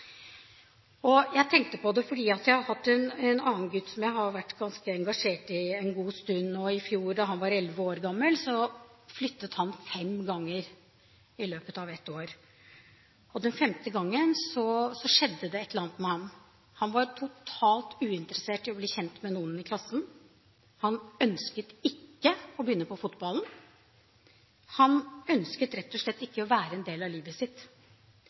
Jeg har hatt kontakt med en annen gutt, som jeg har vært ganske engasjert i en god stund. I fjor, da han var elleve år gammel, flyttet han fem ganger i løpet av ett år. Den femte gangen skjedde det et eller annet med ham. Han var totalt uinteressert i å bli kjent med noen i klassen. Han ønsket ikke å begynne på fotballen. Han ønsket rett og slett ikke å være en del av livet sitt.